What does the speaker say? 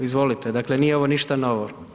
Izvolite, dakle nije ovo ništa novo.